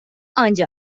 آنجا